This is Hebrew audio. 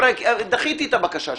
דחיתי את הבקשה שלכם.